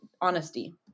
honesty